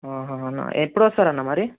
అన్న ఎప్పుడొస్తారన్న మరి